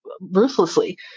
ruthlessly